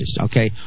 Okay